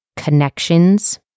connections